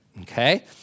Okay